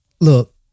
Look